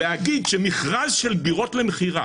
להגיד שמכרז של דירות למכירה